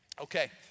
Okay